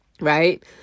Right